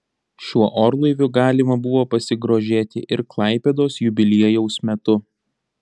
šiuo orlaiviu galima buvo pasigrožėti ir klaipėdos jubiliejaus metu